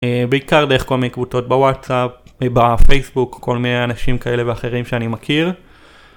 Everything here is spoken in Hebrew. בעיקר דרך כל מיני קבוצות בוואטסאפ, בפייסבוק, כל מיני אנשים כאלה ואחרים שאני מכיר